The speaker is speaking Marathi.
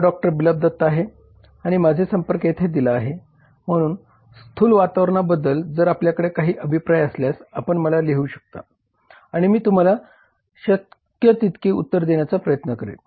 माझे नाव डॉ बिप्लब दत्ता आहे आणि माझे संपर्क येथे दिला आहे म्हणून स्थूल वातावरणाबद्दल जर आपल्याकडे काही अभिप्राय असल्यास आपण मला लिहू शकता आणि मी तुम्हाला शक्य तितके उत्तर देण्याचा प्रयत्न करेन